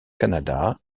canada